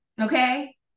okay